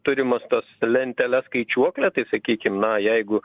turimas tas lenteles skaičiuoklę tai sakykim na jeigu